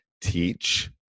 teach